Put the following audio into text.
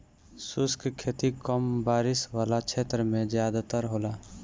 शुष्क खेती कम बारिश वाला क्षेत्र में ज़्यादातर होला